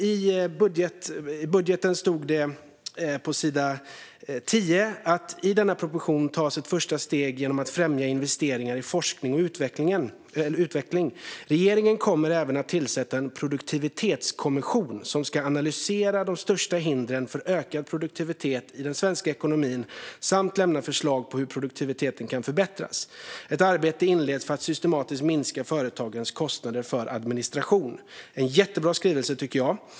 I budgeten står det på sidan 10: "I denna proposition tas ett första steg genom att främja investeringar i forskning och utveckling. Regeringen kommer även att tillsätta en produktivitetskommission som ska analysera de största hindren för ökad produktivitet i den svenska ekonomin samt lämna förslag på hur produktiviteten kan förbättras. Ett arbete inleds för att systematiskt minska företagens kostnader för administration." Det är en jättebra skrivning, tycker jag.